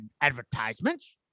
advertisements